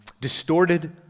distorted